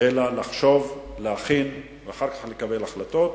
אלא לחשוב, להכין ואחר כך לקבל החלטות.